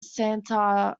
santa